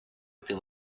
этой